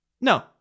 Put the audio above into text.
No